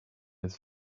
his